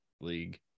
league